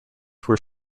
were